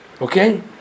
Okay